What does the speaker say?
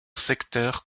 secteur